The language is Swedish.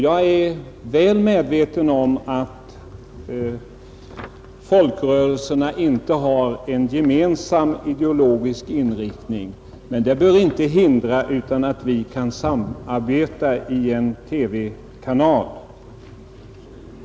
Jag är väl medveten om att folkrörelserna inte har en gemensam ideologisk inriktning, men det bör inte hindra ett samarbete i en TV-kanal.